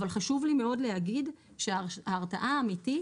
אבל חשוב לי מאוד להגיד שההרתעה האמיתית,